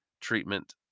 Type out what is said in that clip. treatment